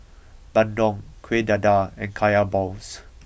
Bandung Kueh Dadar and Kaya Balls